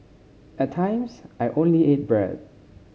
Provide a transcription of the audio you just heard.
at times I only ate bread